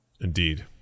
Indeed